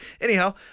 anyhow